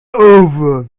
over